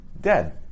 dead